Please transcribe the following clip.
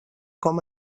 com